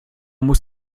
muss